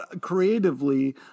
creatively